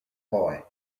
boy